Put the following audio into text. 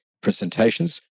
presentations